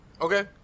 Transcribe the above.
Okay